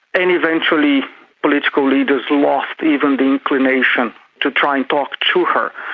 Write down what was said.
and eventually political leaders lost even the inclination to try and talk to her.